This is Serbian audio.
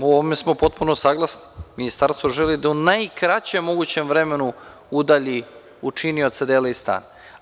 U ovome smo potpuno saglasni ministarstvo želi da u najkraćem mogućem vremenu udalji učinioca dela iz stana.